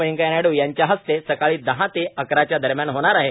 वेंकव्या नायडू यांच्या हस्ते सकाळी दहा ते अकराच्या दरम्यान होणार आहे